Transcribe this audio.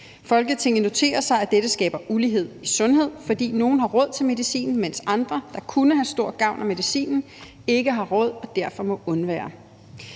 Folketinget noterer sig, at dette skaber ulighed i sundhed, fordi nogen har råd til medicinen, mens andre, der kunne have stor gavn af medicinen, ikke har råd og derfor må undvære.